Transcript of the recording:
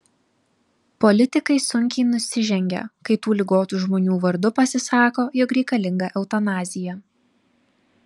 politikai sunkiai nusižengia kai tų ligotų žmonių vardu pasisako jog reikalinga eutanazija